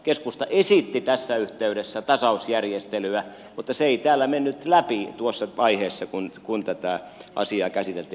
keskusta esitti tässä yhteydessä tasausjärjestelyä mutta se ei täällä mennyt läpi tuossa vaiheessa kun tätä asiaa käsiteltiin